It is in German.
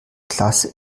klasse